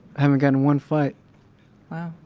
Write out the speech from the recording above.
haven't got in one fight wow.